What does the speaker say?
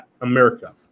America